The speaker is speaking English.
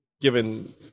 Given